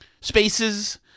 Spaces